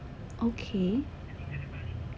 okay